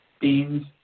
beans